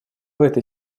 этой